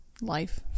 life